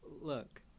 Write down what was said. Look